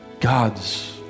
God's